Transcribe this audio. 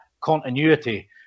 continuity